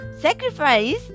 sacrifice